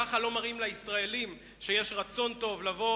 כך לא מראים לישראלים שיש רצון טוב להגיע